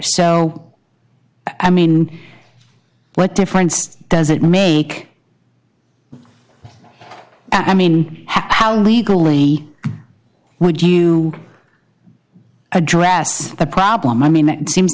so i mean what difference does it make i mean how legally would you address the problem i mean that seems